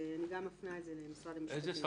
אני גם מפנה את זה למשרד המשפטים.